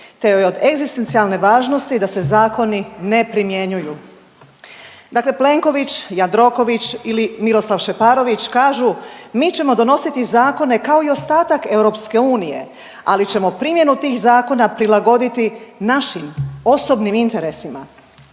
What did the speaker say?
te joj je od egzistencijalne važnosti da se zakoni ne primjenjuju. Dakle Plenković, Jandroković ili Miroslav Šeparović kažu mi ćemo donositi zakone kao i ostatak EU ali ćemo primjenu tih zakona prilagoditi našim osobnim interesima.